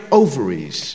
ovaries